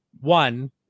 one